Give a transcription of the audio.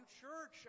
church